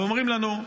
ואומרים לנו: